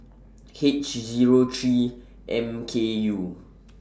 H Zero three M K U